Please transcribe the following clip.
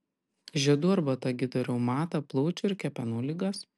žiedų arbata gydo reumatą plaučių ir kepenų ligas